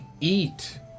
eat